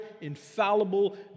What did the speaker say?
infallible